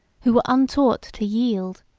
who were untaught to yield,